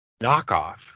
knockoff